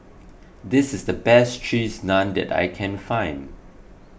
this is the best Cheese Naan that I can find